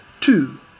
Two